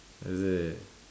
is it